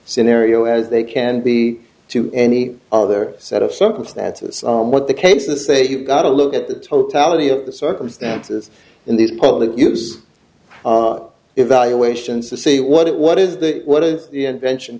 scenario as they can be to any other set of circumstances what the case the say you've got to look at the totality of the circumstances in these public use evaluations to see what it what is that what is the invention